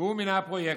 והוא מינה פרויקטור.